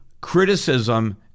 criticism